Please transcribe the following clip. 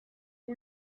who